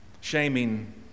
Shaming